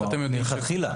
כלומר, מלכתחילה אין.